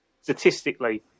statistically